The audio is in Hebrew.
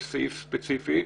יש סעיף ספציפי.